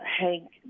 Hank